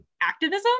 activism